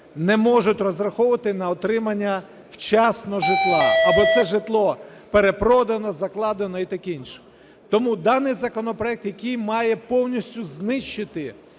не можуть розраховувати на отримання вчасно житла, або це житло перепродано, закладено і таке інше. Тому даний законопроект, який має повністю знищити